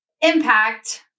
impact